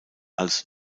als